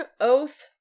oath